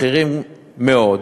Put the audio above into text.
בכירים מאוד,